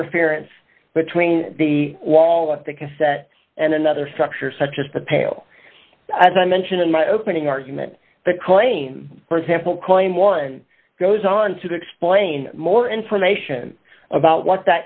interference between the wall with the cassette and another structure such as the peril as i mentioned in my opening argument the claim for example claim one goes on to explain more information about what